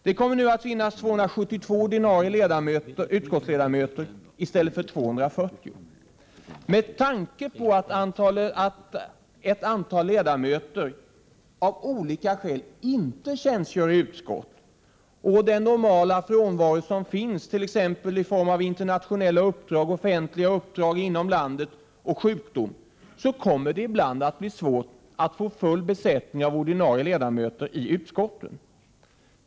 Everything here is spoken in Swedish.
Det kommer nu att finnas 272 ordinarie utskottsledamöter i stället för 240. Med tanke på att ett antal ledamöter av olika skäl inte tjänstgör i utskotten och den normala frånvaro som förekommer bland ledamöterna, t.ex. på grund av internationella uppdrag, offentliga uppdrag inom landet och sjukdom, kommer det ibland att bli svårt att få full besättning av ordinarie ledamöter i utskotten.